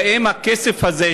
והאם הכסף הזה,